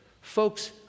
Folks